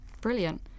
Brilliant